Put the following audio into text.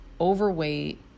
overweight